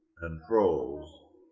controls